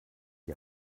die